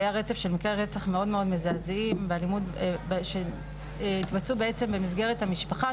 היה רצף של מקרי רצח מאוד מאוד מזעזעים שהתבצעו במסגרת המשפחה,